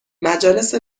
مجالس